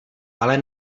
ale